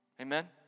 Amen